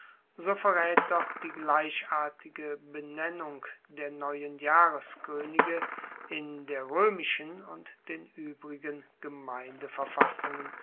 so verraet doch die gleichartige benennung der neuen jahreskoenige in der roemischen und den uebrigen